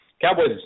Cowboys